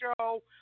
show